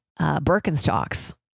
Birkenstocks